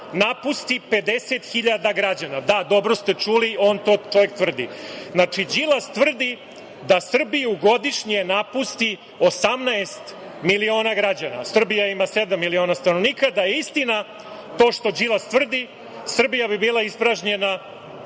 napusti 50 hiljada građana. Da, dobro ste čuli, on to čovek tvrdi. Znači, Đilas tvrdi da Srbiju godišnje napusti 18 miliona građana. Srbija ima sedam miliona stanovnika, da je istina to što Đilas tvrdi, Srbija bi bila ispražnjena